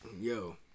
Yo